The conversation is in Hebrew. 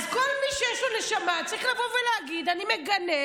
אז כל מי שיש לו נשמה צריך לבוא ולהגיד: אני מגנה,